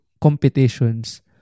competitions